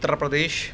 Uttar Pradesh